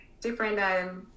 different